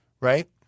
Right